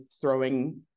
throwing